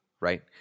right